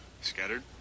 Scattered